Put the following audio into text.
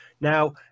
Now